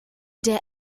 der